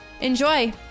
Enjoy